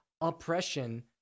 oppression